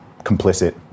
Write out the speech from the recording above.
complicit